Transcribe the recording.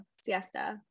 Siesta